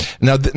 Now